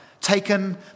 taken